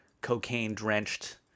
cocaine-drenched